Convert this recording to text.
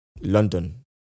London